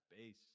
space